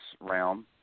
realm